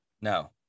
No